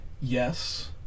yes